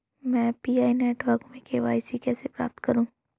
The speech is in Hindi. मैं पी.आई नेटवर्क में के.वाई.सी कैसे प्राप्त करूँ?